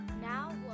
Now